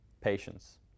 patience